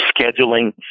scheduling